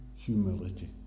humility